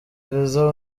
visa